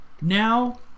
Now